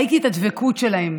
ראיתי את הדבקות שלהם,